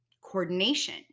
coordination